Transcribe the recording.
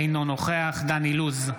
אינו נוכח דן אילוז,